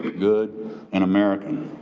good and american.